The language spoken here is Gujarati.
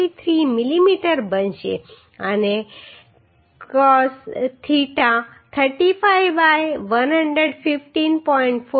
43 મિલીમીટર બનશે અને કોસ થીટા 35 બાય 115